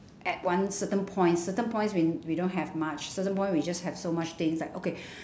at one certain point certain points we we don't have much certain points we just have so much things like okay